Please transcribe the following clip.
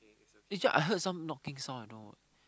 it's just I heard some knocking sound you know